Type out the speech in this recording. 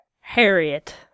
Harriet